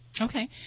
Okay